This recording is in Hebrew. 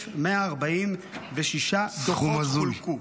-- 238,146 דוחות חולקו.